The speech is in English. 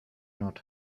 not